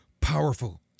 powerful